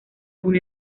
una